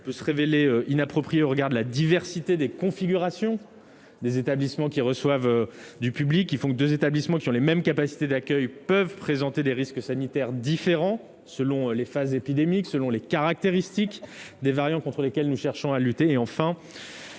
également se révéler inapproprié au regard de la diversité des configurations des établissements recevant du public. Deux établissements ayant les mêmes capacités d'accueil peuvent présenter des risques sanitaires différents selon les phases épidémiques ou les caractéristiques des variants contre lesquels nous cherchons à lutter.